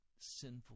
sinful